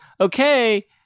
Okay